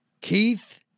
Keith